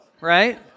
right